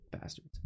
Bastards